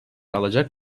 alacak